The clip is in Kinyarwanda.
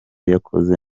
yakoze